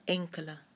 enkele